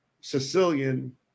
Sicilian